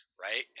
right